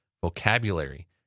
vocabulary